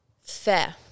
fair